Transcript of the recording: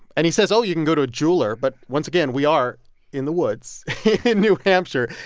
and he says oh, you can go to a jeweler. but once again, we are in the woods in new hampshire.